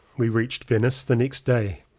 we reached venice the next day.